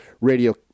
Radio